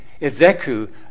Ezeku